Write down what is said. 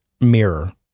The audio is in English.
mirror